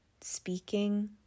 speaking